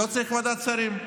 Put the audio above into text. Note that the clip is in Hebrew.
לא צריך ועדת שרים.